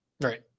Right